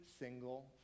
single